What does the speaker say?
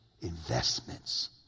investments